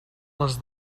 les